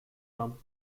from